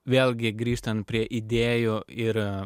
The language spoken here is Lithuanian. vėlgi grįžtant prie idėjų ir